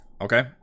okay